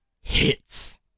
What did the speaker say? Hits